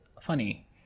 funny